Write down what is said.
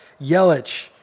Yelich